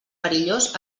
perillós